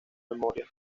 memoria